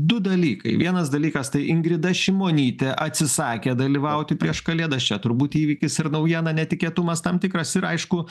du dalykai vienas dalykas tai ingrida šimonytė atsisakė dalyvauti prieš kalėdas čia turbūt įvykis ir naujiena netikėtumas tam tikras ir aišku